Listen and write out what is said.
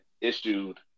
issued